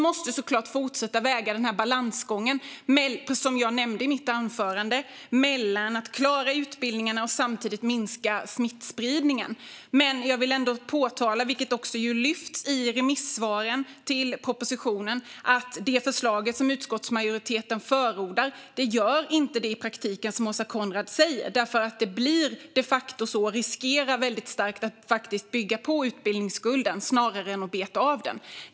Vi måste såklart fortsätta med balansgången, som jag nämnde i mitt anförande, mellan att klara utbildningarna och samtidigt minska smittspridningen. Jag vill också påpeka, vilket också lyfts fram i remissvaren till propositionen, att det förslag som utskottsmajoriteten förordar inte i praktiken gör det som Åsa Coenraads säger. Det är de facto så att det snarare riskerar att starkt bygga på utbildningsskulden än beta av den.